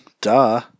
duh